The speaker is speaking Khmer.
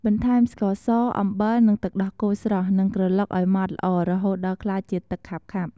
បន្ថែមស្ករស អំបិល និងទឹកដោះគោស្រស់ និងក្រឡុកឲ្យម៉ដ្ឋល្អ រហូតដល់ក្លាយជាទឹកខាប់ៗ។